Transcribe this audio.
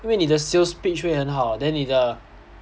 因为你的 sales pitch 会很好 then 你的